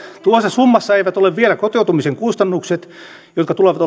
tuossa summassa eivät ole vielä kotoutumisen kustannukset jotka tulevat